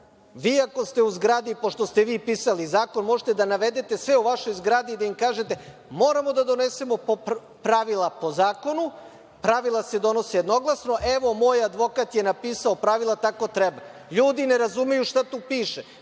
ako ste u zgradi, pošto ste vi pisali zakon, možete da navedete sve u vašoj zgradi i da im kažete – moramo da donesemo pravila po zakonu, pravila se donose jednoglasno, evo moj advokat je napisao pravila, tako treba. LJudi ne razumeju šta to piše.